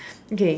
okay